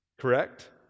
Correct